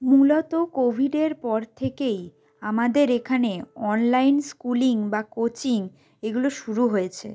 মূলত কোভিডের পর থেকেই আমাদের এখানে অনলাইন স্কুলিং বা কোচিং এগুলো শুরু হয়েছে